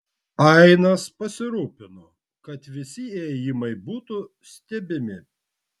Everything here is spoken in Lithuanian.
ainas pasirūpino kad visi įėjimai būtų stebimi